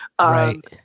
right